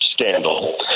scandal